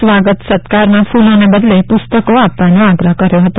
સ્વાગત સત્કારમાં ફુલોને બદલે પુસ્તકો આપવાનો આગ્રહ કર્યો હતો